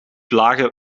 lage